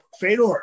Fedor